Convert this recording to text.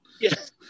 Yes